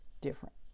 different